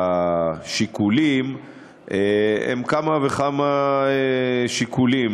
השיקולים הם כמה וכמה שיקולים,